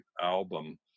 album